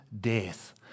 death